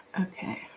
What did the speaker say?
okay